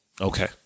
Okay